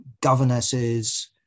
governesses